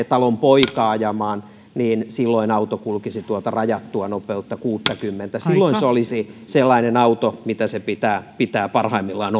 talon poika ajamaan niin silloin auto kulkisi tuota rajattua nopeutta kuuttakymmentä silloin se olisi sellainen auto mitä sen pitää parhaimmillaan